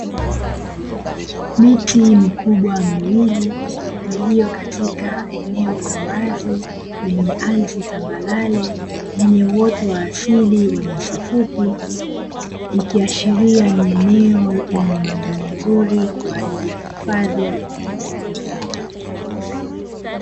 Miti mikubwa miwili iliyo katika eneo la wazi; lenye ardhi tambarare; lenye uoto wa asili wa nyasi fupi, ikiashiria ni eneo lenye mandhari nzuri kwa ajili ya hifadhi ya wanyamapori.